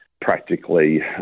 practically